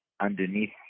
underneath